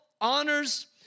honors